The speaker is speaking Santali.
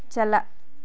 ᱪᱟᱞᱟᱜ